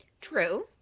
True